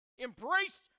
embraced